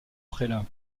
prélat